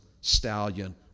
stallion